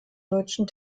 deutschen